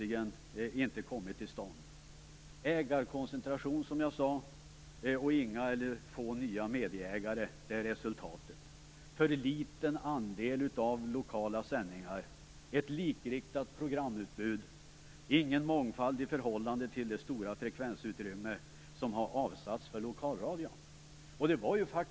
Det har, som sagt, skett en ägarkoncentration, och resultatet har blivit inga eller få nya medieägare, för liten andel lokala sändningar, ett likriktat programutbud, ingen mångfald i förhållande till det stora frekvensutrymme som har avsatts för lokalradion.